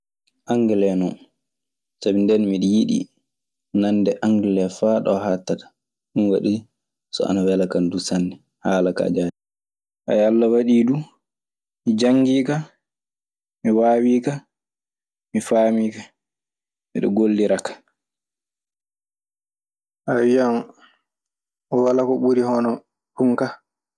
Angele non sabi ndeen miɗe yiɗi nande angele faa ɗo haaɗtata. ɗun waɗi so ane wela kan sanne haala kaa jaati. Alla waɗii duu mi janngii ka, mi waawii ka, mi faamii ka, miɗe gollira ka. A wiyan walaa ko ɓuri hono ɗun kaa.